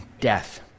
death